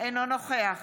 אינו נוכח